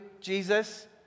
Jesus